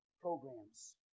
programs